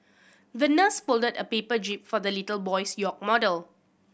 the nurse folded a paper jib for the little boy's yacht model